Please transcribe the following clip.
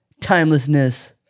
timelessness